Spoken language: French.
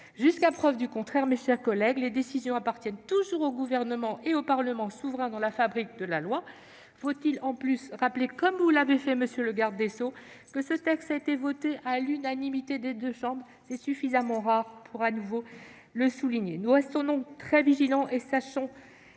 Jusqu'à preuve du contraire, mes chers collègues, les décisions appartiennent toujours au Gouvernement et au Parlement souverain dans la fabrique de la loi. Faut-il en plus rappeler, comme vous l'avez fait, monsieur le garde des sceaux, que ce texte a été voté à l'unanimité par les deux chambres ? C'est suffisamment rare pour être souligné. Nous resterons donc très vigilants. Nous savons